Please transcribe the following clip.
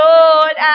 Lord